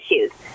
issues